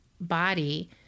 body